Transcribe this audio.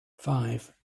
five